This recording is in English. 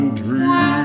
dream